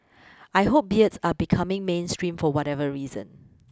I hope beards are becoming mainstream for whatever reason